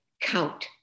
count